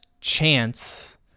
chance